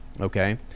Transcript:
Okay